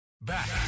Back